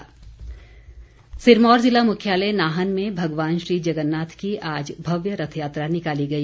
शोभा यात्रा सिरमौर जिला मुख्यालय नाहन मे भगवान श्री जगन्नाथ की आज भव्य रथयात्रा निकाली गई